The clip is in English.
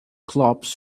clubs